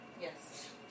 Yes